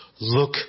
Look